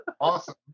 Awesome